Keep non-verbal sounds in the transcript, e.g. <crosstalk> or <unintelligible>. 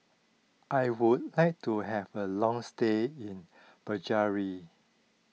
I would like to have a long stay in <unintelligible>